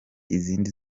izindi